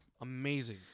Amazing